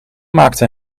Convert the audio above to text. maakte